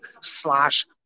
slash